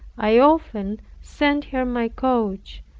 i often sent her my coach,